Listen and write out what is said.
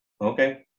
okay